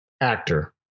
actor